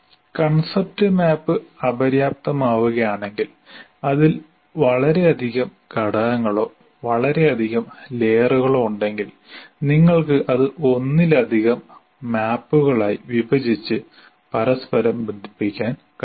concept map അപര്യാപ്തമാവുകയാണെങ്കിൽ അതിൽ വളരെയധികം ഘടകങ്ങളോ വളരെയധികം ലെയറുകളോ ഉണ്ടെങ്കിൽ നിങ്ങൾക്ക് അത് ഒന്നിലധികം മാപ്പുകളായി വിഭജിച്ച് പരസ്പരം ബന്ധിപ്പിക്കാൻ കഴിയും